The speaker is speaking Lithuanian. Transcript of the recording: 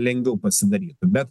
lengviau pasidarytų bet